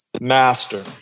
master